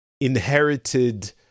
inherited